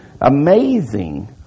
Amazing